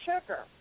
sugar